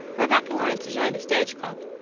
rebecca wanted to join the stage club,